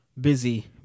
busy